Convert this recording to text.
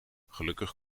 gelukkig